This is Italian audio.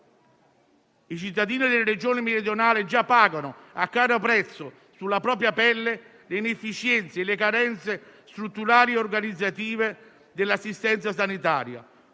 I cittadini delle Regioni meridionali già pagano a caro prezzo, sulla propria pelle, le inefficienze e le carenze strutturali e organizzative dell'assistenza sanitaria,